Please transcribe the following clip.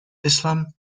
islam